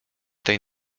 tej